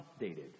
updated